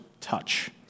touch